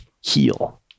heal